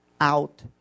out